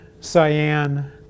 cyan